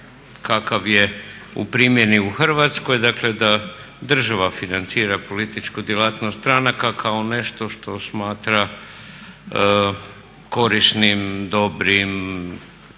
kakav je u primjeni u Hrvatskoj, dakle da država financira političku djelatnost stranaka kao nešto što smatra korisnim, dobrim